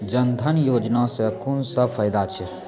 जनधन योजना सॅ कून सब फायदा छै?